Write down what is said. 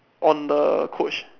on the coach